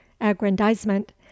aggrandizement